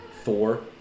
Thor